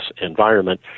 environment